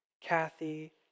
Kathy